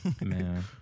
Man